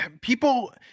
people